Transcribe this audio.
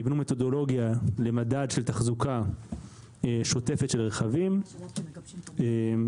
יבנו מתודולוגיה למדד של תחזוקה שוטפת של רכבים באמצעות